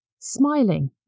Smiling